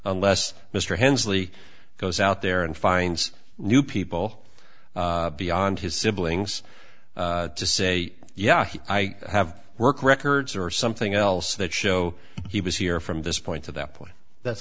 unless mr henslee goes out there and finds new people beyond his siblings to say yeah i have work records or something else that show he was here from this point to that point that's